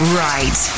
right